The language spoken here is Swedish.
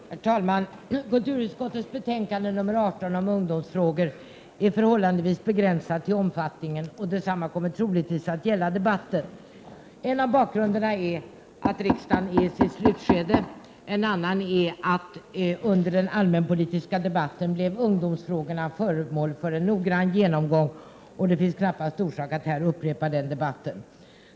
Herr talman! Kulturutskottets betänkande nr 18 om ungdomsfrågor är till omfattningen förhållandevis begränsat och detsamma kommer troligtvis att gälla för debatten. En av orsakerna till detta är att riksmötet befinner sig i sitt slutskede, en annan orsak är att ungdomsfrågorna under den allmänpolitiska debatten blev föremål för en noggrann genomgång, och det finns knappast orsak att här upprepa den debatten.